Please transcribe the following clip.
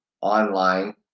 online